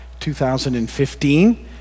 2015